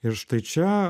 ir štai čia